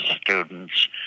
students